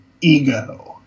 ego